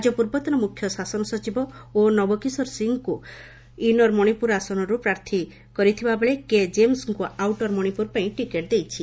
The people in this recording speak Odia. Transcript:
ରାଜ୍ୟ ପୂର୍ବତନ ମୁଖ୍ୟ ଶାସନ ସଚିବ ଓନବକିଶୋର ସିଂ ଙ୍କୁ ଇନ୍ନର ମଣିପୁର ଆସନରୁ ପ୍ରାର୍ଥୀ କରିଥିବାବେଳେ କେ ଜେମ୍ବଙ୍କୁ ଆଉଟର ମଣିପୁର ପାଇଁ ଟିକେଟ ଦେଇଛି